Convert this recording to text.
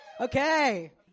Okay